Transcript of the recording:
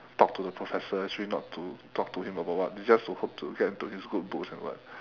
talk to the professor actually not to talk to him about what they just to hope to get into his good books and what